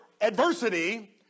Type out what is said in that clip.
adversity